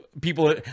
people